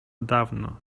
dawno